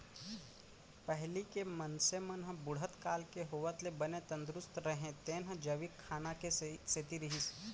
पहिली के मनसे मन ह बुढ़त काल के होवत ले बने तंदरूस्त रहें तेन ह जैविक खाना के सेती रहिस